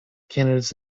candidates